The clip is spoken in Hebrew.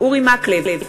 אורי מקלב,